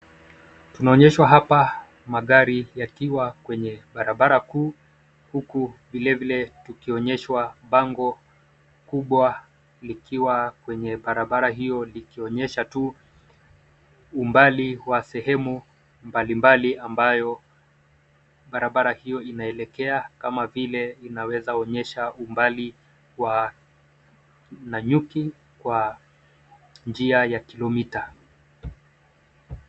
Tunaonyeshwa hapa magari yakiwa kwenye barabara kuu, huku vilevile tukionyeshwa bango kubwa likiwa kwenye barabara hiyo likionyesha tu umbali wa sehemu mbalimbali ambayo barabara hiyo inaelekea kama vile inaweza onyesha umbali wa Nanyuki kwa njia ya kilomita.